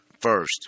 First